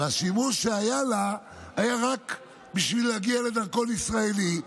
השימוש שהיה לה היה רק בשביל להגיע לדרכון ישראלי,